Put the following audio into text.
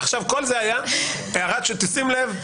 כל זה היה שתשים לב,